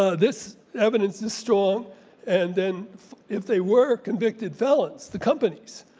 ah this evidence is strong and then if they were convicted felons, the companies,